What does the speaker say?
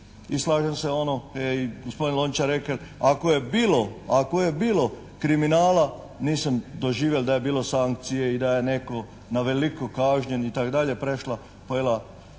I slažem se ono kaj je gospodin Lončar rekel: «Ako je bilo, ako je bilo kriminala nisam doživel da je bilo sankcije i da je netko na veliko kažnjen i tako dalje». Prešla, pojela